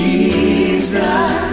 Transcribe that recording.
Jesus